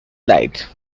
light